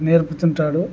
నేర్పుతుంటాడు